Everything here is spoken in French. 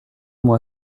moi